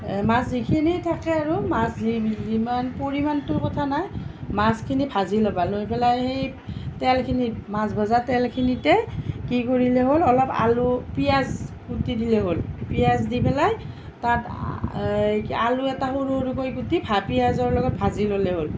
মাছ যিখিনি থাকে আৰু মাছ যিমান পৰিমাণটোৰ কথা নাই মাছখিনি ভাজি ল'বা লৈ পেলাই সেই তেলখিনিত মাছ ভজা তেলখিনিতে কি কৰিলে হ'ল অলপ আলু পিঁয়াজ কুটি দিলে হ'ল পিঁয়াজ দি পেলাই তাত আলু এটা সৰু সৰুকৈ কুটি ভা পিঁয়াজৰ লগত ভাজি ল'লে হ'ল